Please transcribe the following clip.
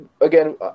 again